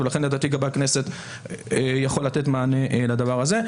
ולכן לדעתי גבאי בית הכנסת יכול לתת מענה לדבר הזה.